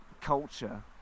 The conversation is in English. culture